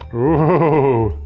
ooh,